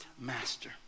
master